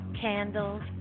candles